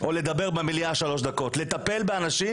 או לדבר במליאה שלוש דקות, לטפל באנשים